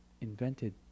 invented